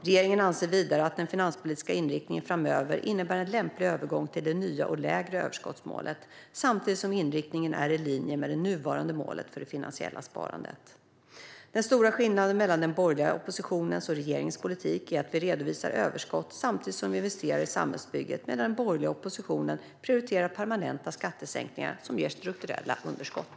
Regeringen anser vidare att den finanspolitiska inriktningen framöver innebär en lämplig övergång till det nya, lägre överskottsmålet, samtidigt som inriktningen är i linje med det nuvarande målet för det finansiella sparandet. Den stora skillnaden mellan den borgerliga oppositionens och regeringens politik är att vi redovisar överskott samtidigt som vi investerar i samhällsbygget, medan den borgerliga oppositionen prioriterar permanenta skattesänkningar som ger strukturella underskott.